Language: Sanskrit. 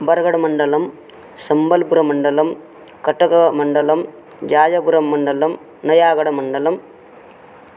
बर्गडमण्डलं सम्बल्पुरमण्डलं कटकमण्डलं जायपुरमण्डलं नयागडमण्डलम्